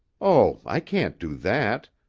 oh, i can't do that.